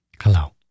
Hello